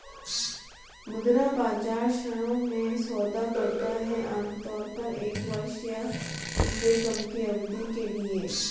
मुद्रा बाजार ऋणों में सौदा करता है आमतौर पर एक वर्ष या उससे कम की अवधि के लिए